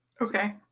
Okay